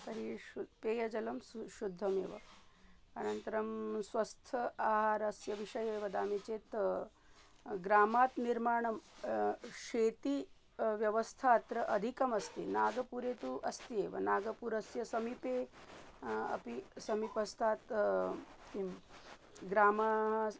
तर्हि शु पेयजलं सु शुद्धमेव अनन्तरं स्वस्थ आहारस्य विषये वदामि चेत् ग्रामात् निर्माणं चेति व्यवस्था अत्र अधिकमस्ति नागपुरे तु अस्त्येव नागपुरस्य समीपे अपि समीपस्थात् किं ग्रामाः